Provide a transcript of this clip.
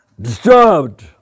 ...disturbed